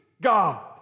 God